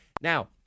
Now